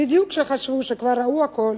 בדיוק כשחשבו שכבר ראו הכול,